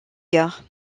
gare